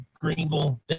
greenville